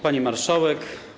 Pani Marszałek!